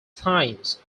times